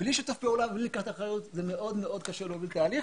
בלי שיתוף פעולה ובלי לקיחת אחריות זה מאוד מאוד קשה להוביל תהליך